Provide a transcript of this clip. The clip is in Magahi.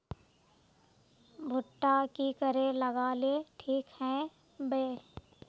भुट्टा की करे लगा ले ठिक है बय?